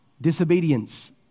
disobedience